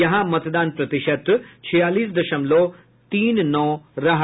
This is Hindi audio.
यहां मतदान प्रतिशत छियालीस दशमलव तीन नौ रहा